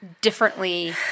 differently